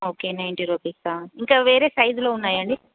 okay ninety రుపీసా ఇంకా వేరే సైజ్లో ఉన్నాయా అండి